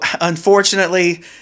unfortunately